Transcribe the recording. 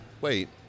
wait